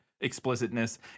explicitness